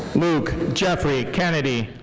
luke jeffrey kennedy.